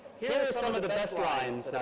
here are some of the best lines that i